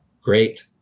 great